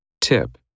Tip